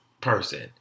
person